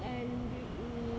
and mm